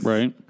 Right